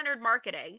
marketing